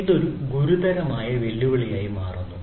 ഇത് ഒരു ഗുരുതരമായ വെല്ലുവിളിയായി മാറുന്നു